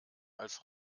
als